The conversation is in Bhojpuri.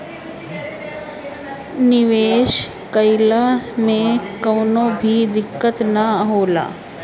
निवेश कइला मे कवनो भी दिक्कत नाइ होला